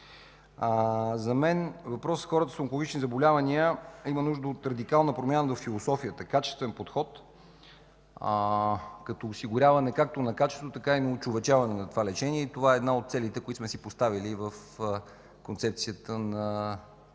За мен въпросът за хората с онкологични заболявания има нужда от радикална промяна във философията –качествен подход, като осигуряване както на качествено, така и на очовечаване на това лечение. Това е една от целите, които сме си поставили в концепцията на мнозинството за